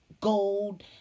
gold